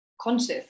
conscious